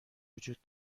وجود